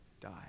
die